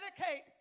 dedicate